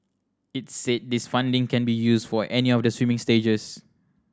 its said this funding can be used for any of the swimming stages